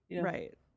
Right